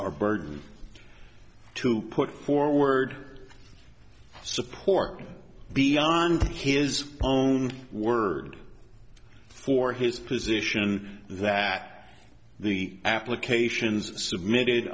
or burden to put forward support beyond the kid is own word for his position that the applications submitted